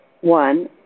one